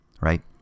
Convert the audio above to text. right